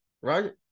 right